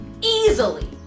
easily